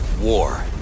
War